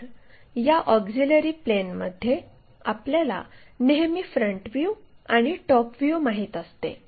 तर या ऑक्झिलिअरी प्लेनमध्ये आपल्याला नेहमी फ्रंट व्ह्यू आणि टॉप व्ह्यू माहित असते